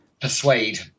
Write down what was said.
persuade